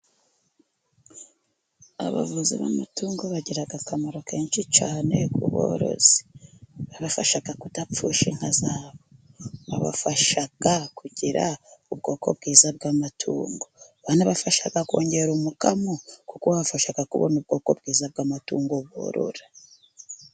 Abavuzi b'amatungo bagiraga akamaro kenshi cyane ku borozi. Babafasha kudapfusha inka zabo, babafashaga kugira ubwoko bwiza bw'amatungo. Banabafasha kongera umukamo kuko babafasha kubona ubwoko bwiza bw'amatungo borora.